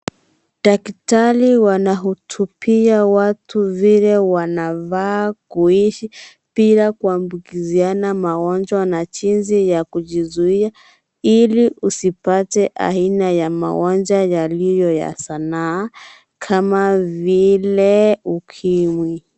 Daktari wanahutubia watu vile wanafaa kuishi bila kuambukiziana magonjwa na jinsi ya kujizuia ili usipate magonjwa yaliyo ya sanaa kama vile ukimwi .